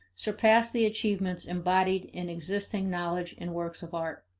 surpass the achievements embodied in existing knowledge and works of art.